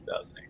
2008